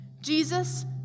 Jesus